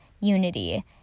unity